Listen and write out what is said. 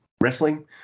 wrestling